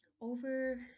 over